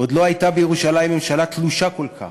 עוד לא הייתה בירושלים ממשלה תלושה כל כך,